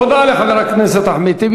תודה לחבר הכנסת אחמד טיבי.